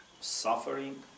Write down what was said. suffering